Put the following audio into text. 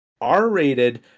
R-rated